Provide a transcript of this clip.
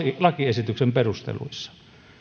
lakiesityksen perusteluissa